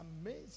amazing